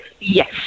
Yes